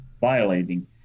violating